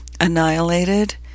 annihilated